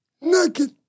naked